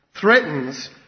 threatens